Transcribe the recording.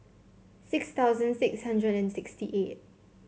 six thousand six hundred and sixty eight